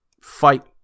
fight